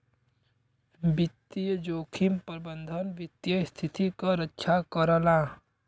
वित्तीय जोखिम प्रबंधन वित्तीय स्थिति क रक्षा करला